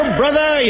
brother